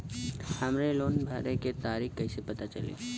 हमरे लोन भरे के तारीख कईसे पता चली?